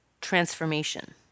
transformation